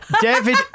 David